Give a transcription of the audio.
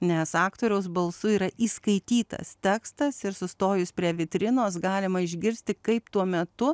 nes aktoriaus balsu yra įskaitytas tekstas ir sustojus prie vitrinos galima išgirsti kaip tuo metu